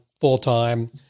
full-time